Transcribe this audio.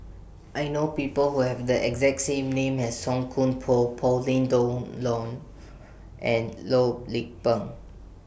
I know People Who Have The exact same name as Song Koon Poh Pauline Dawn Loh and Loh Lik Peng